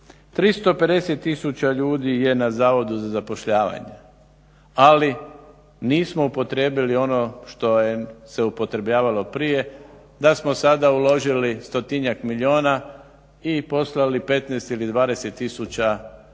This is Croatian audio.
350000 ljudi je na Zavodu za zapošljavanje, ali nismo upotrijebili ono što se upotrebljavali prije, da smo sda uložili stotinjak milijuna i poslali 15 ili 20000 na